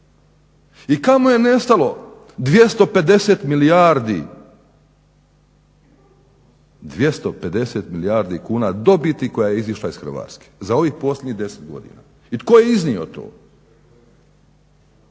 250 milijardi, 250 milijardi kuna dobiti koja je izišla iz Hrvatske za ovih posljednjih 10 godina? I tko je iznio to?